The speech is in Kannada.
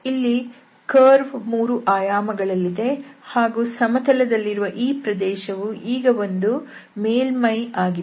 ಇದರಲ್ಲಿ ಕರ್ವ್ ಮೂರು ಆಯಾಮಗಳಲ್ಲಿದೆ ಹಾಗೂ ಸಮತಲ ದಲ್ಲಿರುವ ಈ ಪ್ರದೇಶವು ಈಗ ಒಂದು ಮೇಲ್ಮೈ ಆಗಿದೆ